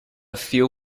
few